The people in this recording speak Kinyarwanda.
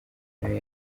nayo